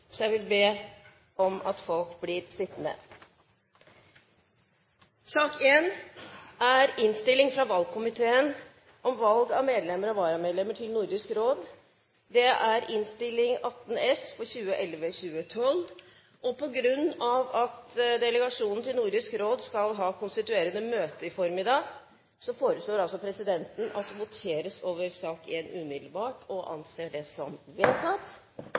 så jeg vil be om at folk blir sittende. Ingen har bedt om ordet. På grunn av at delegasjonen til Nordisk Råd skal ha konstituerende møte i formiddag, foreslår presidenten at det voteres over sak nr. 1 umiddelbart. – Det anses vedtatt. Det norske demokratiet bygger på en rekke grunnleggende prinsipper, som folkestyre, åpenhet, individets frihet, individets makt til å påvirke og